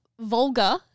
Vulgar